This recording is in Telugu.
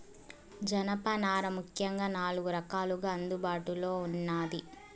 జనపనార ముఖ్యంగా నాలుగు రకాలుగా అందుబాటులో ఉన్నాది